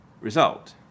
result